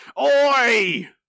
Oi